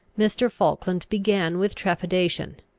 mr. falkland began with trepidation,